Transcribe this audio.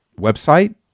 website